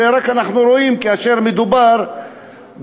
את זה אנחנו רואים רק כאשר מדובר במפגינים